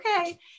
okay